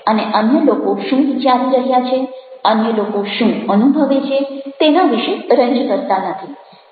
અને અન્ય લોકો શું વિચારી રહ્યા છે અન્ય લોકો શું અનુભવે છે તેના વિશે રંજ કરતા નથી